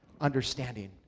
understanding